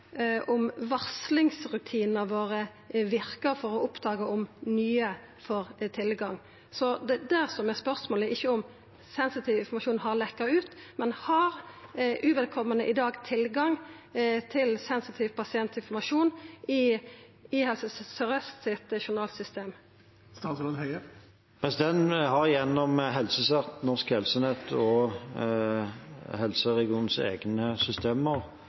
om varslingsrutinane våre verkar når det gjeld å oppdaga om nye får tilgang. Det er det som er spørsmålet – ikkje om sensitiv informasjon har leke ut, men om uvedkomande i dag har tilgang til sensitiv pasientinformasjon i journalsystemet til Helse Sør-Aust. Vi har gjennom HelseCERT, Norsk Helsenett og